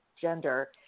gender